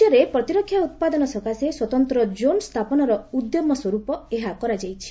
ରାଜ୍ୟରେ ପ୍ରତିରକ୍ଷା ଉତ୍ପାଦନ ସକାଶେ ସ୍ୱତନ୍ତ ଜୋନ୍ ସ୍ଥାପନର ଉଦ୍ୟମ ସ୍ୱର୍ପ ଏହା କରାଯାଇଛି